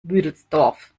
büdelsdorf